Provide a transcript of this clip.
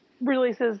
releases